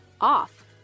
off